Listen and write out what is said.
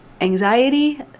anxiety